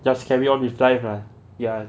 just carry on with life ah ya